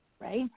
right